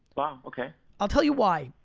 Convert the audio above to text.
wow, okay. i'll tell you why.